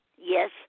Yes